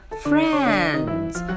friends